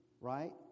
right